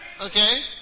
Okay